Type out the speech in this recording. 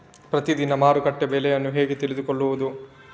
ಪ್ರತಿದಿನದ ಮಾರುಕಟ್ಟೆ ಬೆಲೆಯನ್ನು ಹೇಗೆ ತಿಳಿದುಕೊಳ್ಳುವುದು?